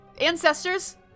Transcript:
Ancestors